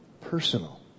personal